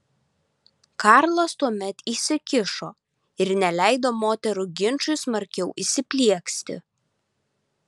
karlas tuomet įsikišo ir neleido moterų ginčui smarkiau įsiplieksti